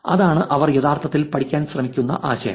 ഇതാണ് അവർ യഥാർത്ഥത്തിൽ പഠിക്കാൻ ശ്രമിക്കുന്ന ആശയം